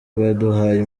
baduhaye